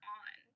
on